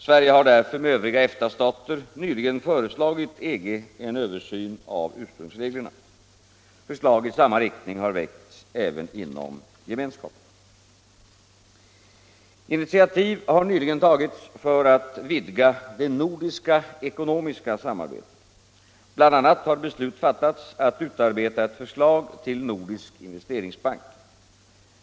Sverige har därför med övriga EFTA stater nyligen föreslagit EG en översyn av ursprungsreglerna. Förslag i samma riktning har även väckts inom Gemenskapen. Initiativ har nyligen tagits för att vidga det nordiska ekonomiska samarbetet. Bl.a. har beslut fattats att utarbeta ett förslag till nordisk investeringsbank.